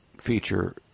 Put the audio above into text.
feature